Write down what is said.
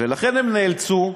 הם לא רצו להיפרד,